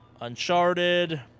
Uncharted